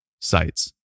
sites